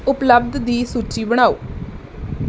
ਉਪਲਬਧ ਦੀ ਸੂਚੀ ਬਣਾਓ